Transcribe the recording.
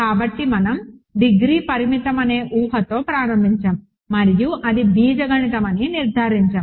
కాబట్టి మనం డిగ్రీ పరిమితమని ఊహతో ప్రారంభించాము మరియు అది బీజగణితమని నిర్ధారించాము